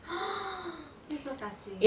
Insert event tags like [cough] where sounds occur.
[breath] this is so touching